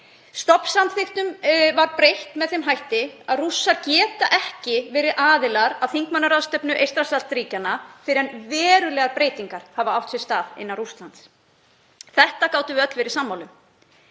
Stofnsamþykktum var breytt með þeim hætti að Rússar geta ekki verið aðilar að þingmannaráðstefnu Eystrasaltsríkjanna fyrr en verulegar breytingar hafa átt sér stað innan Rússlands. Þetta gátum við öll verið sammála